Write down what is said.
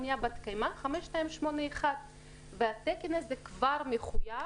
בנייה בת-קיימא 5281. התקן הזה כבר מחויב